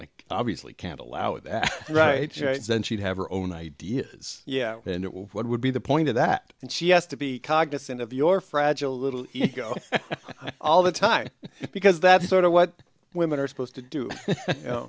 like obviously can't allow that right then she'd have her own ideas yeah and what would be the point of that and she has to be cognizant of your fragile little ego all the time because that's sort of what women are supposed to do